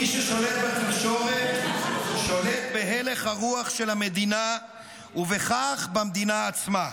מי ששולט בתקשורת שולט בהלך הרוח של המדינה ובכך במדינה עצמה,